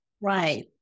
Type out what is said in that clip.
Right